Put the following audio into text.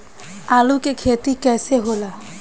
आलू के खेती कैसे होला?